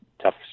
tough